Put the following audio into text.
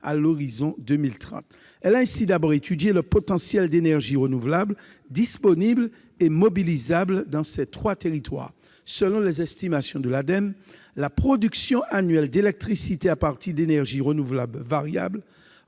à l'horizon 2030. Elle a ainsi d'abord étudié le potentiel d'énergies renouvelables disponibles et mobilisables dans ces trois territoires. Selon les estimations de l'Ademe, la production annuelle d'électricité à partir d'énergies renouvelables